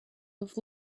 have